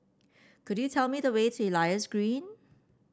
could you tell me the way to Elias Green